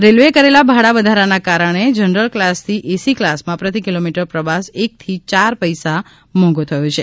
રેલવેએ કરેલા ભાડા વધારાના કારણે જનરલ કલાસથી એસી કલાસમાં પ્રતિ કિલોમીટર પ્રવાસ એકથી ચાર પૈસા મોઘો થયો છે